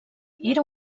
era